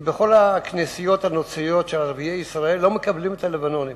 כי בכל הכנסיות הנוצריות של ערביי ישראל לא מקבלים את הלבנונים,